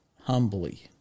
humbly